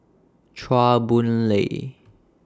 Chua Boon Lay